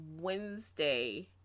Wednesday